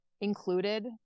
included